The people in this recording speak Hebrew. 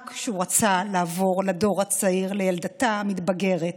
רק כשהוא רצה לעבור לדור הצעיר, לילדתה המתבגרת.